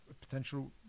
potential